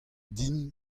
din